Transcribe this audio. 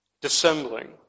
dissembling